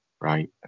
right